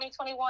2021